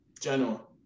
General